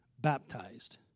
baptized